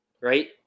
right